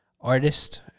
artist